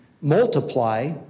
multiply